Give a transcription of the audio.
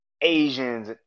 Asians